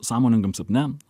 sąmoningam sapne